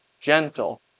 gentle